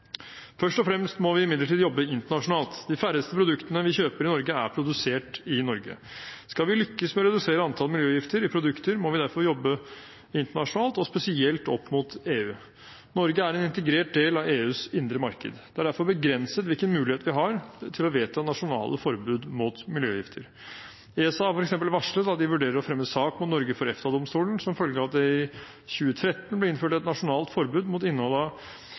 Først og fremst må vi imidlertid jobbe internasjonalt. De færreste produktene vi kjøper i Norge, er produsert i Norge. Skal vi lykkes med å redusere antallet miljøgifter i produkter, må vi derfor jobbe internasjonalt, og spesielt opp mot EU. Norge er en integrert del av EUs indre marked. Det er derfor begrenset hvilken mulighet vi har til å vedta nasjonale forbud mot miljøgifter. ESA har f.eks. varslet at de vurderer å reise sak mot Norge i EFTA-domstolen, som følge av at det i 2013 ble innført et nasjonalt forbud mot innhold